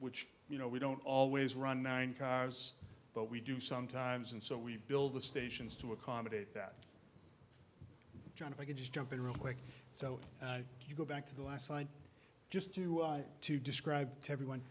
which you know we don't always run nine cars but we do sometimes and so we build the stations to accommodate that john if i could just jump in real quick so you go back to the last slide just to to describe to everyone